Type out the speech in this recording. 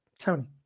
Tony